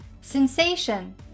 Sensation